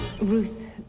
Ruth